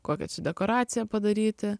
kokias dekoraciją padaryti